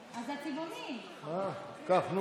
קח.